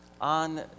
on